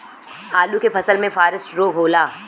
आलू के फसल मे फारेस्ट रोग होला?